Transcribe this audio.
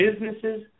businesses